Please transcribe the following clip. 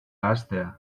hastea